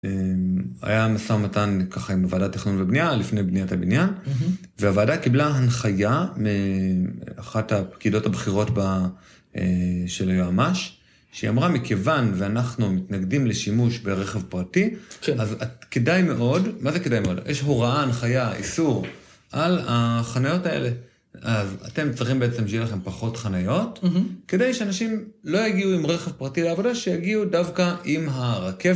היה משא ומתן ככה עם ועדת תכנון ובנייה לפני בניית הבנין והוועדה קיבלה הנחיה מאחת הפקידות הבכירות. של היועמ"ש שהיא אמרה: "מכיוון ואנחנו מתנגדים לשימוש ברכב פרטי אז כדאי מאוד מה זה כדאי מאוד יש הוראה הנחיה איסור על החניות האלה. אז אתם צריכים בעצם שיהיה לכם פחות חניות כדי שאנשים לא יגיעו עם רכב פרטי לעבודה שיגיעו דווקא עם הרכבת.